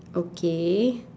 okay